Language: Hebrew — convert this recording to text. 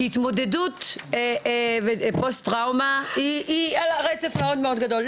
התמודדות ופוסט טראומה היא על רצף מאוד מאוד גדול.